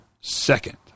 second